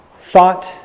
thought